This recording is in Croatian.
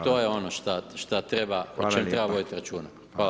To je ono šta treba, o čemu treba voditi računa.